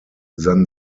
than